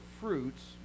fruits